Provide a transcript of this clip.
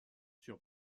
sur